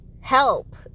help